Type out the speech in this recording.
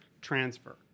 transfer